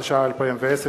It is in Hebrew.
התש"ע 2010,